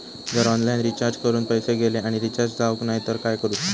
जर online recharge करून पैसे गेले आणि रिचार्ज जावक नाय तर काय करूचा?